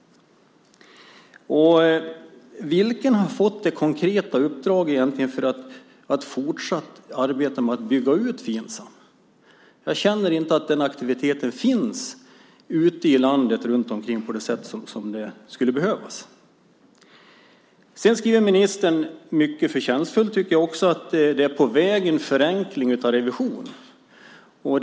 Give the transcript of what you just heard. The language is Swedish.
Vem har fått det konkreta uppdraget att fortsatt arbeta med att bygga ut Finsam? Jag känner inte att den aktiviteten finns runt omkring ute i landet på det sätt som skulle behövas. Ministern skriver, mycket förtjänstfullt, att en förenkling av revisionen är på väg.